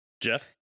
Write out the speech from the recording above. Jeff